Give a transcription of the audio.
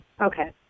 Okay